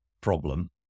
problem